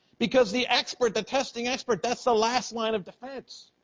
because the expert, the testing expert, that's the last line of defense.